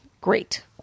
great